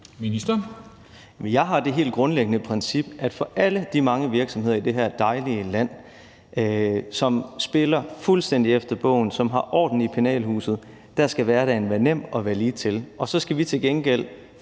Kollerup): Jeg har det helt grundlæggende princip, at for alle de mange virksomheder i det her dejlige land, som spiller fuldstændig efter bogen, som har orden i penalhuset, skal hverdagen være nem og ligetil. Og så skal vi til gengæld